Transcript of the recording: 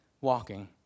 walking